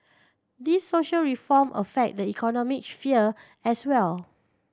these social reform affect the economic sphere as well